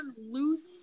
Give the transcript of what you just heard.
losing